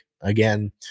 again